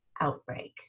outbreak